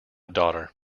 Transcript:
daughter